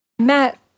Matt